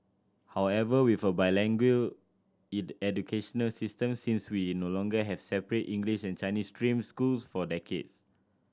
however with a bilingual education system since we no longer have separate English and Chinese stream schools for decades